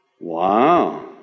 Wow